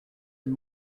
and